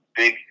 big